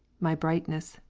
my brightness,